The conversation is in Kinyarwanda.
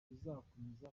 bizakomeza